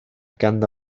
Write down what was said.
ganddo